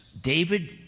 David